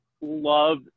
love